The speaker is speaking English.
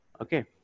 Okay